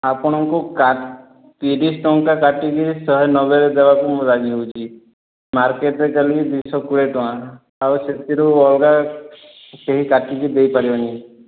ଆପଣଙ୍କୁ ତିରିଶ ଟଙ୍କା କାଟିବି ଶହେ ନବେରେ ମୁଁ ଦେବାକୁ ରାଜି ହେଉଛି ମାର୍କେଟରେ ଚାଲିଛି ଦୁଇ ଶହ କୋଡ଼ିଏ ଟଙ୍କା ଆଉ ସେଇଥିରୁ ଅଲଗା କେହି କାଟିକି ଦେଇ ପାରିବେନି